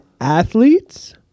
athletes